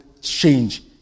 change